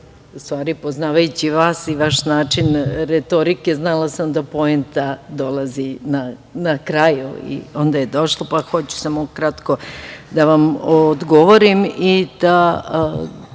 Poznavajući vas i vaš način retorike, znala sam da poenta dolazi na kraju i došla je, pa hoću samo kratko da vam odgovorim